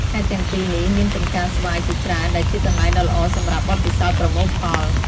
ខេត្តទាំងពីរនេះមានចម្ការស្វាយជាច្រើនដែលជាកន្លែងដ៏ល្អសម្រាប់បទពិសោធន៍ប្រមូលផល។